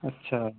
اچھا